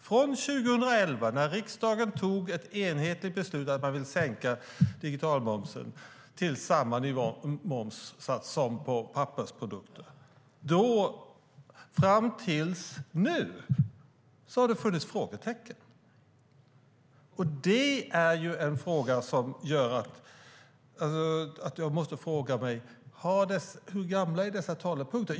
Från 2011, när riksdagen tog ett enhetligt beslut att man ville sänka digitalmomsen till samma momssats som på pappersprodukter, fram till nu har det funnits frågetecken. Det är något som gör att jag måste fråga mig hur gamla dessa talepunkter är.